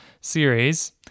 series